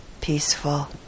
peaceful